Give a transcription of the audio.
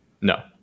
No